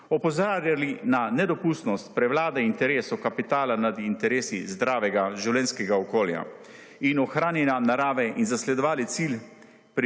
opozarjali na nedopustnost prevlade interesov kapitala nad interesi zdravega življenjskega okolja in ohranjanja narave in zasledovali cilj